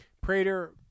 Prater